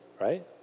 right